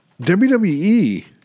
WWE